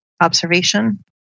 Observation